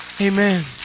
Amen